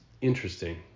interesting